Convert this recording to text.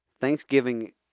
Thanksgiving